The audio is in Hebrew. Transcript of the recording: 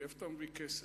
מאיפה אתה מביא כסף?